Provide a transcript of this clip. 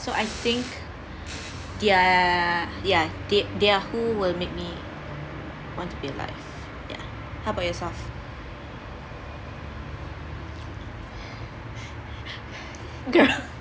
so I think they're ya they they're who will make me want to be alive ya how about yourself